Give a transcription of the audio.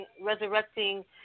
resurrecting